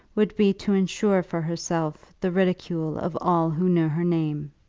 would be to insure for herself the ridicule of all who knew her name.